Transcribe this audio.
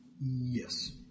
Yes